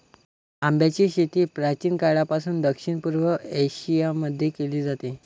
आंब्याची शेती प्राचीन काळापासून दक्षिण पूर्व एशिया मध्ये केली जाते